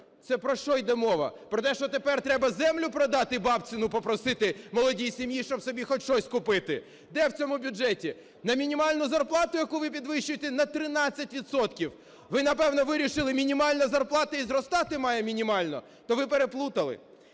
Це про що йде мова? Про те, що тепер треба землю продати і в бабці попросити молодій сім'ї, щоб собі хоч щось купити? Де в цьому бюджеті, на мінімальну зарплату, яку ви підвищуєте на 13 відсотків? Ви напевно вирішили, мінімальна зарплата і зростати має мінімально. То ви переплутали.